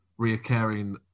reoccurring